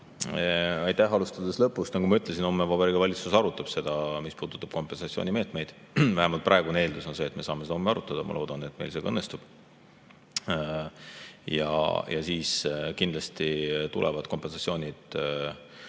Aitäh! Alustades lõpust, nagu ma ütlesin, homme Vabariigi Valitsus arutab seda, mis puudutab kompensatsioonimeetmeid. Vähemalt praegune eeldus on see, et me saame seda homme arutada, ja ma loodan, et meil see õnnestub. Ja siis kindlasti tulevad kompensatsioonid